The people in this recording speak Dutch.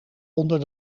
onder